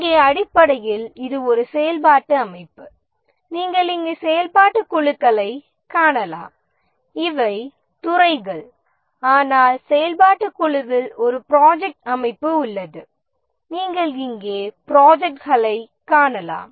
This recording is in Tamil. இங்கே அடிப்படையில் இது ஒரு செயல்பாட்டு அமைப்பு நீங்கள் இங்கே செயல்பாட்டுக் குழுக்களை காணலாம் இவை துறைகள் ஆனால் செயல்பாட்டுக் குழுவில் ஒரு ப்ராஜெக்ட் அமைப்பு உள்ளது நீங்கள் இங்கே ப்ராஜெக்ட்களைக் காணலாம்